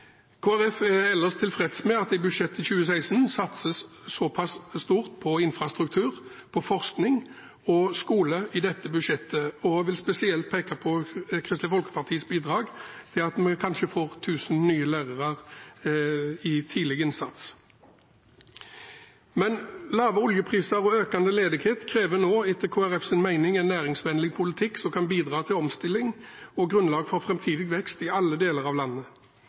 er ellers tilfreds med at det i budsjettet for 2016 satses såpass stort på infrastruktur, på forskning og skole, og vil spesielt peke på Kristelig Folkepartis bidrag, at vi kanskje får 1 000 nye lærere med tanke på tidlig innsats. Lave oljepriser og økende ledighet krever nå etter Kristelig Folkepartis mening en næringsvennlig politikk som kan bidra til omstilling og grunnlag for framtidig vekst i alle deler av landet.